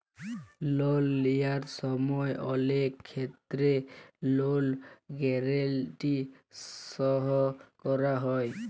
লল লিঁয়ার সময় অলেক খেত্তেরে লল গ্যারেলটি সই ক্যরা হয়